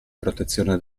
protezione